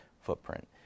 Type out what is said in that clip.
footprint